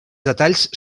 detalls